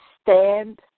stand